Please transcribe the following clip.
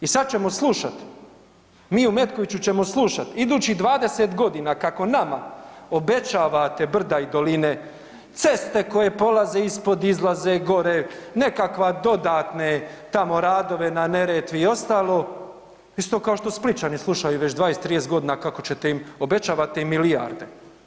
I sada ćemo slušati, mi u Metkoviću ćemo slušati idućih 20 godina kako nama obećavate brda i doline, ceste koje polaze ispod, izlaze gore, nekakve dodatne tamo radove na Neretvi i ostalo isto kao što Splićani slušaju već 20, 30 godina kako ćete im obećavate im milijarde.